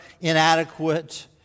inadequate